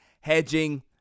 hedging